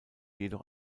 jedoch